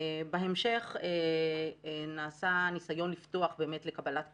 בהמשך נעשה ניסיון לפתוח באמת לקבלת קהל,